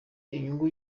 inyungu